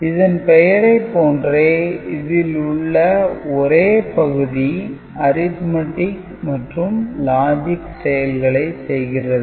இதன் பெயரைப் போன்றே இதில் உள்ள ஒரே பகுதி "Arithmetic" மற்றும் "logic" செயல்களை செய்கிறது